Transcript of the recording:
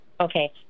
Okay